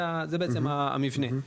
זה בעצם המבנה.